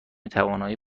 توانایی